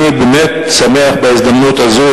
אני באמת שמח בהזדמנות הזו,